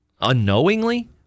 unknowingly